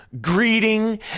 greeting